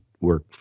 work